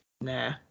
Nah